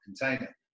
container